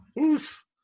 Oof